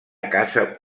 caça